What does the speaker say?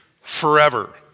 forever